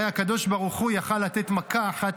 הרי הקדוש ברוך הוא יכול היה לתת מכה אחת